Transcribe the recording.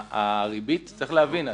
צריך להבין,